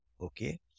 okay